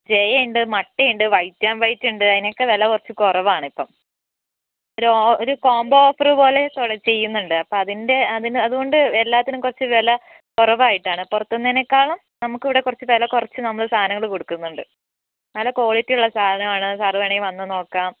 ജയയുണ്ട് മട്ടയുണ്ട് white and white ഉണ്ട് അതിനൊക്കെ വില കുറച്ച് കുറവാണിപ്പം ഒരു ഒരു കോംബോ ഓഫറുപോലെ ചെയ്യുന്നുണ്ട് അപ്പോൾ അതിന്റെ അതിന് അതുകൊണ്ട് എല്ലാത്തിനും കുറച്ച് വില കുറവായിട്ടാണ് പുറത്തു നിന്നുള്ളതിനെക്കാളും നമുക്കിവിടെ കുറച്ച് വില കുറച്ച് നമ്മൾ സാധനങ്ങൾ കൊടുക്കുന്നുണ്ട് നല്ല ക്വാളിറ്റി ഉള്ള സാധനമാണ് സാർ വേണമെങ്കിൽ വന്നു നോക്കാം